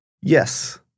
Yes